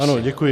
Ano, děkuji.